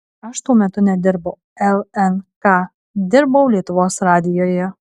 aš tuo metu nedirbau lnk dirbau lietuvos radijuje